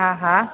हा हा